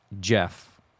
Jeff